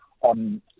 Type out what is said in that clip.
on